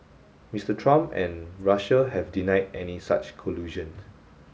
Mister Trump and Russia have denied any such collusion